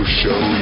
show